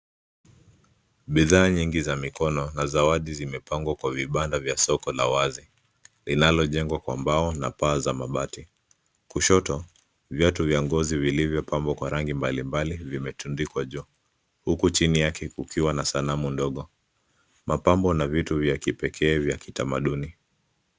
Bidhaa mingi za mikono na zimepangwa kwa vibanda vya soko la wazi linalojengwa kwa mbao na paa za mabati, kushoto viatu vya ngozi vilivyopambwa kwa rangi mbalimbali vimetundikwa juu huku chini kukiwa na sanafu ndogo kukiwa na vitu vya kipekee vya kitamaduni.